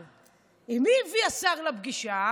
2. זה מוציא אותי מריכוז בסיפור כל כך חשוב על הצימוד.